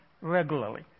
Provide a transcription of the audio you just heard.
regularly